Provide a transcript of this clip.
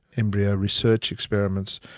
embryo research experiments,